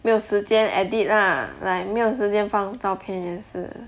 没有时间 edit ah like 没有时间放照片也是